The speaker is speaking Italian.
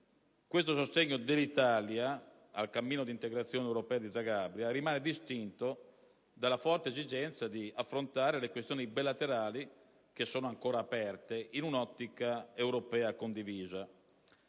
Il sostegno dell'Italia al cammino d'integrazione europea di Zagabria rimane distinto dalla forte esigenza di affrontare le questioni bilaterali che sono ancora aperte in un'ottica europea condivisa.